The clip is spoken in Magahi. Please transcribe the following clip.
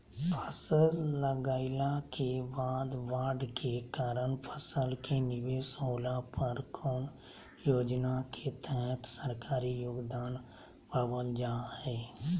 फसल लगाईला के बाद बाढ़ के कारण फसल के निवेस होला पर कौन योजना के तहत सरकारी योगदान पाबल जा हय?